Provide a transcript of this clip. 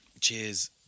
Cheers